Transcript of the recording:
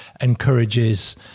encourages